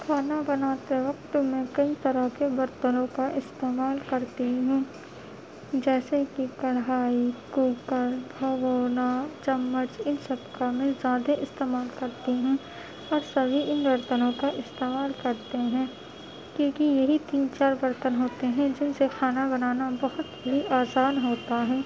کھانا بناتے وقت میں کئی طرح کے برتنوں کا استعمال کرتی ہوں جیسے کہ کڑھائی کوکر بھگونا چمچ ان سب کا میں زیادہ استعمال کرتی ہوں اور سبھی ان برتنوں کا استعمال کرتے ہیں کیونکہ یہی تین چار برتن ہوتے ہیں جن سے کھانا بنانا بہت ہی آسان ہوتا ہے